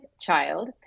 child